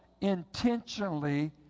intentionally